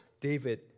David